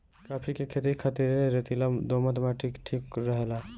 काफी के खेती खातिर रेतीला दोमट माटी ठीक रहेला